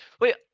wait